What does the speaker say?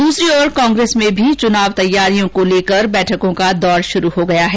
द्रसरी ओर कांग्रेस में भी चुनाव तैयारियों को लेकर बैठकों का दौर शुरू हो गया है